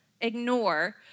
ignore